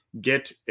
get